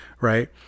right